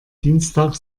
dienstag